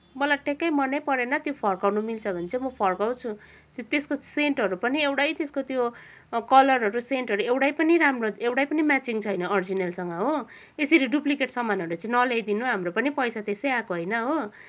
मलाइ ट्याक्कै मनै परेन त्यो फर्काउन मिल्छ भने चाहिँ म फर्काउँछु त्यो त्यसको सेन्टहरू पनि एउटै त्यसको त्यो कलरहरू सेन्टहरू एउटै पनि राम्रो एउटै पनि म्याचिङ छैन अरिजिनलसँग हो यसरी डुप्लिकेट समानहरू नल्याइदिनु है हाम्रो पनि पैसा यसै आएको होइन हो